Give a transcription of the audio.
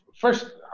first